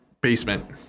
basement